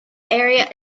area